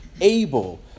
able